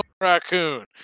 raccoon